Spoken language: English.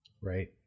Right